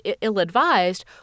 ill-advised